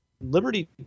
liberty